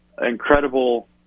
incredible